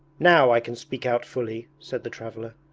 now i can speak out fully said the traveller.